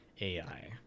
AI